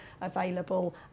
available